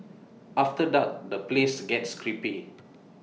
after dark the place gets creepy